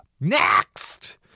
Next